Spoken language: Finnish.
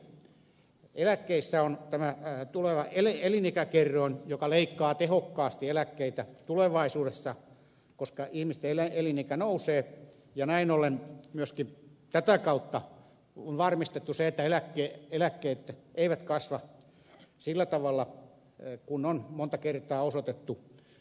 lisäksi eläkkeissä on tämä ei tule ellei eli niitä elinikäkerroin joka leikkaa tehokkaasti eläkkeitä tulevaisuudessa koska ihmisten elinikä nousee ja näin ollen myöskin tätä kautta on varmistettu se että eläkkeet eivät kasva sillä tavalla kuin on monta kertaa osoitettu